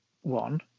one